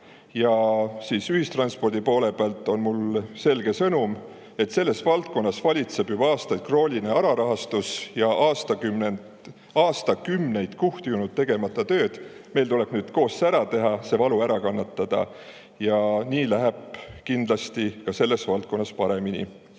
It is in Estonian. Ja ühistranspordi poole pealt on mul selge sõnum: selles valdkonnas valitseb juba aastaid krooniline alarahastus ja aastakümneid on kuhjunud tegemata töö. Meil tuleb nüüd see koos ära teha, see valu ära kannatada, ja nii läheb kindlasti ka selles valdkonnas paremini.